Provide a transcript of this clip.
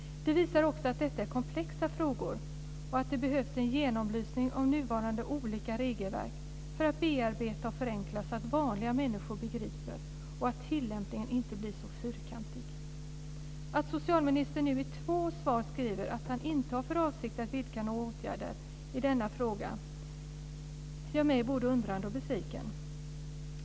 Det visar också att detta är komplexa frågor och att det behövs en genomlysning av nuvarande olika regelverk för att man ska kunna bearbeta och förenkla så att vanliga människor begriper och tillämpningen inte blir så fyrkantig. Att socialministern nu i två svar skriver att han inte har för avsikt att vidta några åtgärder i denna fråga gör mig både undrande och besviken.